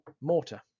mortar